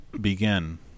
begin